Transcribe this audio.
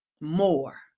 more